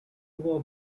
war